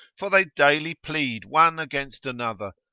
for they daily plead one against another,